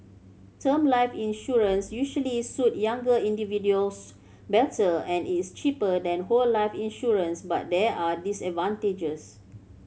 term life insurance usually suit younger individuals better as it's cheaper than whole life insurance but there are disadvantages